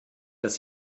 dass